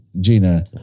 Gina